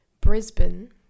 brisbane